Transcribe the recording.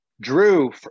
drew